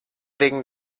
wegen